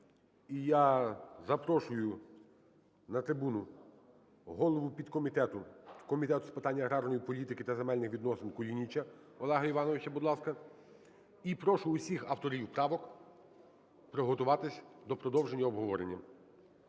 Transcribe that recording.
я запрошую на трибуну голову підкомітету Комітету з питань аграрної політики та земельних відносин Кулініча Олега Івановича, будь ласка. І прошу усіх авторів правок приготуватися до продовження обговорення.